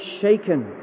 shaken